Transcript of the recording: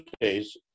days